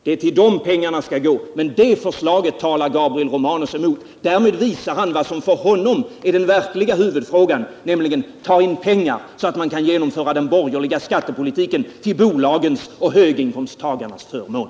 Det är till dem pengarna skall gå, men det förslaget talar Gabriel Romanus emot. Därmed visar han vad som för honom är den verkliga huvudfrågan, nämligen att ta in pengar så att man kan genomföra den borgerliga skattepolitiken till bolagens och höginkomsttagarnas förmån.